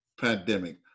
pandemic